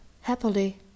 happily